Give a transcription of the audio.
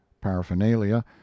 paraphernalia